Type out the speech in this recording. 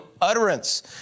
utterance